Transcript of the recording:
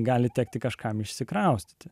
gali tekti kažkam išsikraustyti